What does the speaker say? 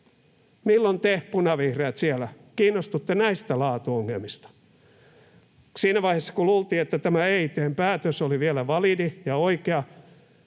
Milloin te punavihreät siellä kiinnostutte näistä laatuongelmista? Siinä vaiheessa, kun luultiin, että tämä EIT:n päätös oli vielä validi ja oikea,